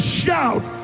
shout